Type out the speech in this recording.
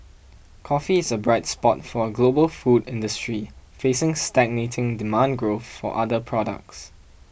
coffee is a bright spot for a global food industry facing stagnating demand growth for other products